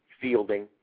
fielding